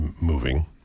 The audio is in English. moving